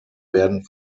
werden